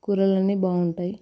కూరలని బాగుంటాయి